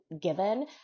given